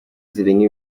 zirengaho